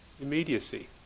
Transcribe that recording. immediacy